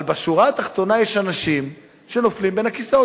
אבל בשורה התחתונה, יש אנשים שנופלים בין הכיסאות.